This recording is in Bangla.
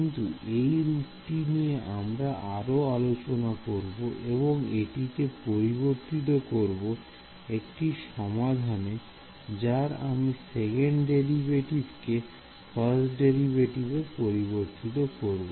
কিন্তু এই রূপটিকে নিয়ে আমরা আরো আলোচনা করব এবং এটিকে পরিবর্তিত করব একটি সমাধানে যার আমি সেকেন্ড ডেরিভেটিভ কে ফাস্ট ডেরিভেটিভ এ পরিবর্তিত করব